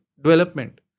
development